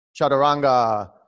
Chaturanga